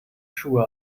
schuhe